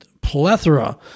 plethora